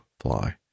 fly